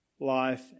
life